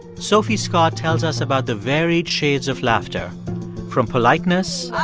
sophie scott tells us about the varied shades of laughter from politeness.